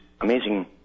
amazing